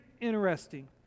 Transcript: interesting